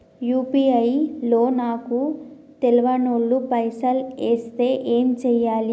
UPI లో నాకు తెల్వనోళ్లు పైసల్ ఎస్తే ఏం చేయాలి?